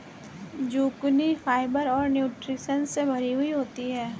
zucchini fibre और nutritions से भरी हुई होती है